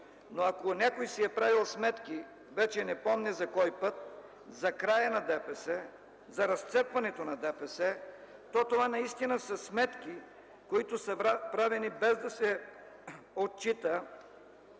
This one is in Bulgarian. но ако някой си е правил сметки, вече не помня за кой път, за края на ДПС, за разцепването на ДПС, то това наистина са сметки, които са правени без да се отчита